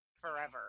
forever